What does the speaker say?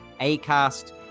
Acast